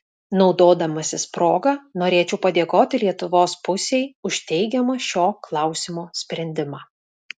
naudodamasis proga norėčiau padėkoti lietuvos pusei už teigiamą šio klausimo sprendimą